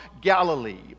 Galilee